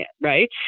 Right